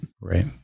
Right